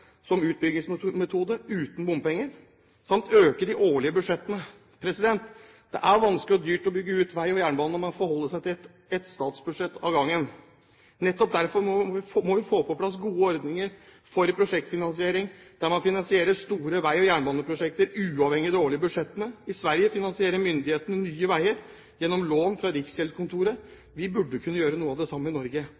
som utbyggingsmetode, uten bompenger, samt øke de årlige budsjettene. Det er vanskelig og dyrt å bygge ut vei og jernbane når man må forholde seg til ett statsbudsjett av gangen. Nettopp derfor må vi få på plass gode ordninger for prosjektfinansiering, der man finansierer store vei- og jernbaneprosjekter uavhengig av de årlige budsjettene. I Sverige finansierer myndighetene nye veier gjennom lån fra